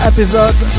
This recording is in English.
Episode